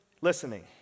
listening